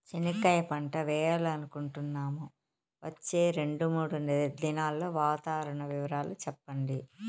చెనక్కాయ పంట వేయాలనుకుంటున్నాము, వచ్చే రెండు, మూడు దినాల్లో వాతావరణం వివరాలు చెప్పండి?